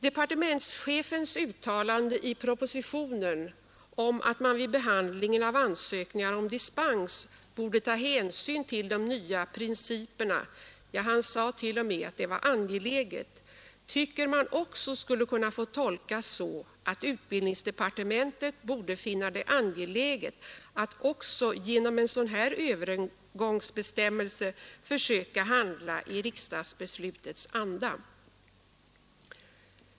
Departementschefens uttalande i propositionen om att man vid behandlingen av ansökningar om dispens borde ta hänsyn till de nya principerna — ja, han sade t.o.m., att det var angeläget tycker man skulle kunna få tolkas så att utbildningsdepartementet borde finna det angeläget att också genom en sådan här övergångsbestämmelse försöka handla i riksdagsbeslutets anda.